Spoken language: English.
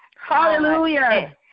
Hallelujah